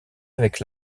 avec